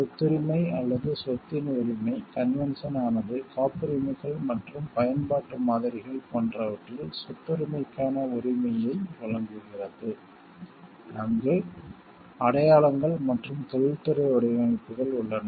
சொத்துரிமை அல்லது சொத்தின் உரிமை கன்வென்ஷன் ஆனது காப்புரிமைகள் மற்றும் பயன்பாட்டு மாதிரிகள் போன்றவற்றில் சொத்துரிமைக்கான உரிமையை வழங்குகிறது அங்கு அடையாளங்கள் மற்றும் தொழில்துறை வடிவமைப்புகள் உள்ளன